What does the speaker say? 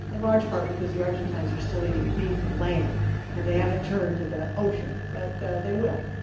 in large part because the argentines are still eating beef and lamb and they haven't turned to the ocean, but they will.